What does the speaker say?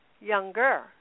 younger